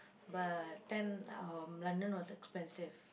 but then um London was expensive